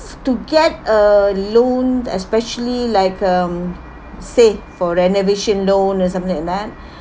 to get a loan especially like um say for renovation loan or something like that